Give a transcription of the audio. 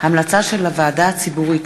רוברט אילטוב,